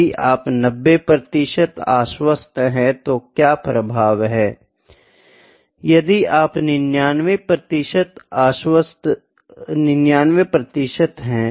यदि आप 90 प्रतिशत आश्वस्त हैं तो क्या प्रभाव है यदि आप 99 प्रतिशत हैं प्रभाव क्या है